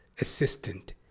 assistant